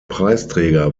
preisträger